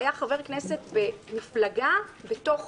הוא היה חבר כנסת במפלגה בתוך